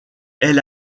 elle